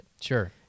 Sure